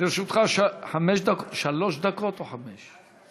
לרשותך, שלוש דקות או חמש?